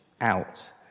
out